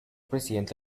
presidente